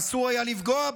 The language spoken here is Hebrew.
אסור היה לפגוע בו.